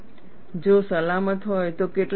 જો સલામત હોય તો કેટલા સમય માટે